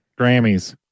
Grammys